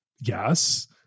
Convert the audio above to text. Yes